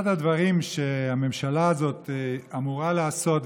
אחד הדברים שהממשלה הזאת אמורה לעשות,